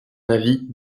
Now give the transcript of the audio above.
avis